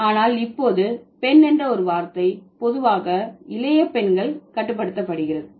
ஆனால் இப்போது பெண் என்ற ஒரு வார்த்தை பொதுவாக இளைய பெண்கள் கட்டுப்படுத்தப்படுகிறது